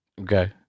Okay